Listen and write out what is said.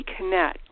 reconnect